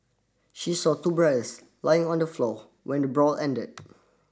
she saw two brothers lying on the floor when the brawl ended